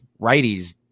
righties